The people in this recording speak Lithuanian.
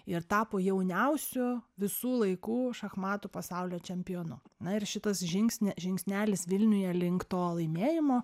ir tapo jauniausiu visų laikų šachmatų pasaulio čempionu na ir šitas žingsni žingsnelis vilniuje link to laimėjimo